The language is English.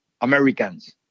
Americans